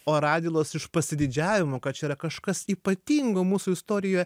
o radvilos iš pasididžiavimo kad čia yra kažkas ypatingo mūsų istorijoje